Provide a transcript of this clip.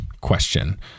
question